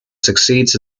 succeeds